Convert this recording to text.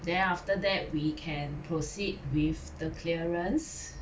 then after that we can proceed with the clearance